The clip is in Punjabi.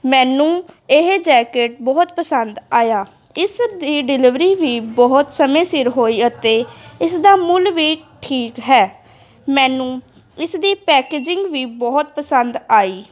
ਮੈਨੂੰ ਇਹ ਜੈਕਿਟ ਬਹੁਤ ਪਸੰਦ ਆਇਆ ਇਸ ਦੀ ਡਿਲੀਵਰੀ ਵੀ ਬਹੁਤ ਸਮੇਂ ਸਿਰ ਹੋਈ ਅਤੇ ਇਸ ਦਾ ਮੁੱਲ ਵੀ ਠੀਕ ਹੈ ਮੈਨੂੰ ਇਸ ਦੀ ਪੈਕੇਜਿੰਗ ਵੀ ਬਹੁਤ ਪਸੰਦ ਆਈ